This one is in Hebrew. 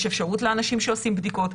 יש אפשרות לאנשים שעושים בדיקות,